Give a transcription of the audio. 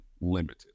limited